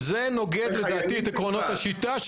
וזה נוגד לדעתי את עקרונות השיטה,